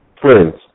friends